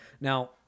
Now